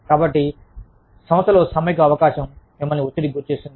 కాబట్టి మీ సంస్థలో సమ్మెకు అవకాశం మిమ్మల్ని ఒత్తిడికి గురిచేస్తుంది